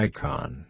Icon